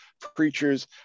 preachers